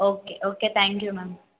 okay okay thank you ma'am